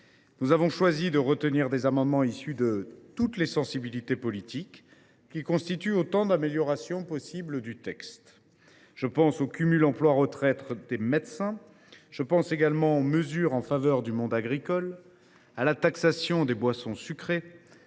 Nous avons choisi de retenir des amendements issus de toutes les sensibilités politiques, dont les dispositions constituent autant d’améliorations possibles du texte. Je pense au cumul emploi retraite des médecins, mais également aux mesures en faveur du monde agricole, à la taxation des boissons sucrées,